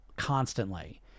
Constantly